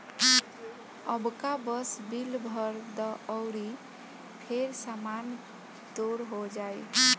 अबका बस बिल भर द अउरी फेर सामान तोर हो जाइ